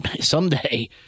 Someday